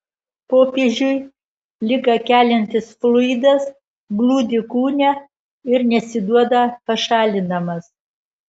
popiežiui ligą keliantis fluidas glūdi kūne ir nesiduoda pašalinamas